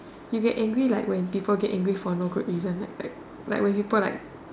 you get angry like when people get angry for no good reason like like when people like